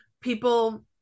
people